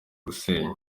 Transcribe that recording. gusenya